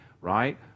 right